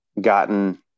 gotten